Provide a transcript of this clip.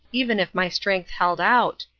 even if my strength held out.